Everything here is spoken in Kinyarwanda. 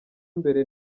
mbere